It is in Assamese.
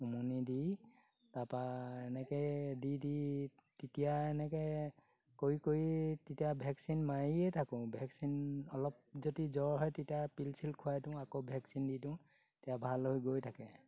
উমনি দি তাৰপৰা এনেকৈ দি দি তেতিয়া এনেকৈ কৰি কৰি তেতিয়া ভেকচিন মাৰিয়ে থাকোঁ ভেকচিন অলপ যদি জ্বৰ হয় তেতিয়া পিল ছিল খুৱাই দিওঁ আকৌ ভেকচিন দি দিওঁ তেতিয়া ভাল হৈ গৈ থাকে